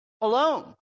alone